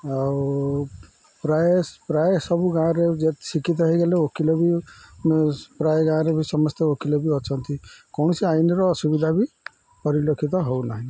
ଆଉ ପ୍ରାୟ ପ୍ରାୟ ସବୁ ଗାଁରେ ଯେ ଶିକ୍ଷିତ ହେଇଗଲେ ଓକିଲ ବି ପ୍ରାୟ ଗାଁରେ ବି ସମସ୍ତେ ଓକିଲ ବି ଅଛନ୍ତି କୌଣସି ଆଇନର ଅସୁବିଧା ବି ପରିଲକ୍ଷିତ ହଉ ନାହିଁ